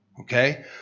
Okay